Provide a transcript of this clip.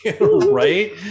Right